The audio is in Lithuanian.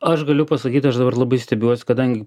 aš galiu pasakyti aš dabar labai stebiuosi kadangi